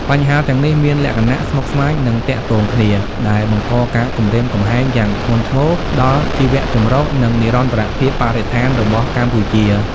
បញ្ហាទាំងនេះមានលក្ខណៈស្មុគស្មាញ និងទាក់ទងគ្នា ដែលបង្កការគំរាមកំហែងយ៉ាងធ្ងន់ធ្ងរដល់ជីវៈចម្រុះ និងនិរន្តរភាពបរិស្ថានរបស់កម្ពុជា។